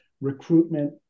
recruitment